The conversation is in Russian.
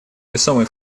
весомый